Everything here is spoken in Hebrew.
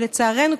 שלצערנו,